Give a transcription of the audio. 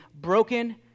broken